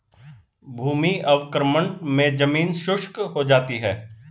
भूमि अवक्रमण मे जमीन शुष्क हो जाती है